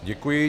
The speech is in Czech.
Děkuji.